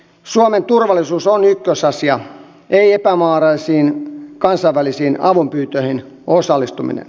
suomen turvallisuus on ykkösasia ei epämääräisiin kansainvälisiin avunpyyntöihin osallistuminen